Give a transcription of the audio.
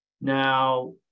Now